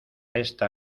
está